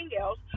else